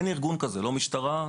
לא המשטרה,